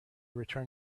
return